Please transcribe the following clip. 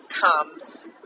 comes